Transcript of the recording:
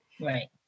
Right